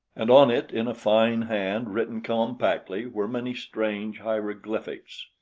and on it, in a fine hand, written compactly, were many strange hieroglyphics!